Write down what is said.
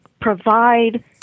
provide